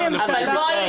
אבל בואי,